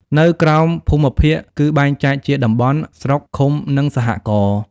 នៅក្រោមភូមិភាគ គឺបែងចែកជា «តំបន់», «ស្រុក», «ឃុំ» និង «សហករណ៍»។